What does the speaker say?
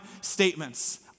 statements